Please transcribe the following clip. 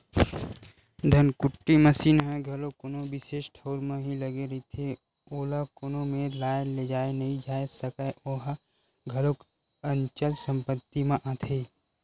धनकुट्टी मसीन ह घलो कोनो बिसेस ठउर म ही लगे रहिथे, ओला कोनो मेर लाय लेजाय नइ जाय सकय ओहा घलोक अंचल संपत्ति म आथे